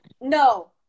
No